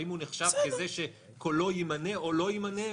האם הוא נחשב כזה שקולו יימנה או לא יימנה.